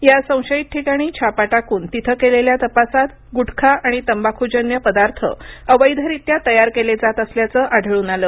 या संशयित ठिकाणी छापा टाकून तिथं केलेल्या तपासात गुटखा आणि तंबाखूजन्य पदार्थ अवैधरीत्या तयार केले जात असल्याचं आढळून आलं